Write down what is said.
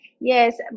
Yes